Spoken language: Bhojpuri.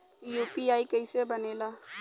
यू.पी.आई कईसे बनेला?